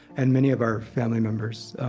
and many of our family members.